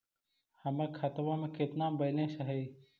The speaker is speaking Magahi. हमर खतबा में केतना बैलेंस हई?